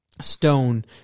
stone